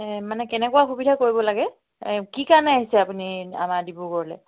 এই মানে কেনেকুৱা সুবিধা কৰিব লাগে এই কি কাৰণে আহিছে আপুনি আমাৰ ডিব্ৰগড়লৈ